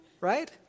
Right